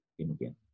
again